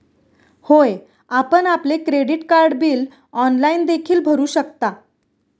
होय, आपण आपले क्रेडिट कार्ड बिल ऑनलाइन देखील भरू शकता